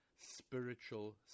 spiritual